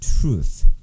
truth